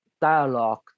dialogue